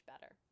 better